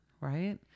right